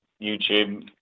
YouTube